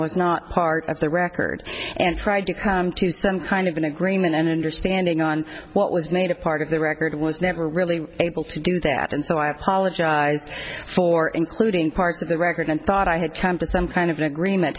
was not part of the record and tried to come to some kind of an agreement and or standing on what was made a part of the record was never really able to do that and so i apologized for including parts of the record and thought i had come to some kind of an agreement